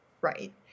Right